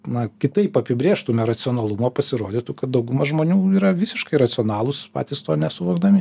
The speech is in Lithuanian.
na kitaip apibrėžtume racionalumą pasirodytų kad dauguma žmonių yra visiškai racionalūs patys to nesuvokdami